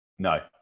No